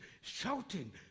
shouting